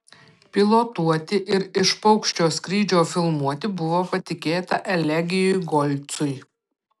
pilotuoti ir iš paukščio skrydžio filmuoti buvo patikėta elegijui golcui